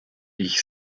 ich